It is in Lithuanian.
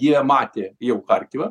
jie matė jau charkivą